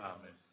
Amen